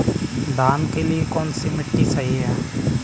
धान के लिए कौन सी मिट्टी सही है?